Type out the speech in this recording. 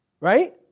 Right